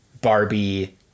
Barbie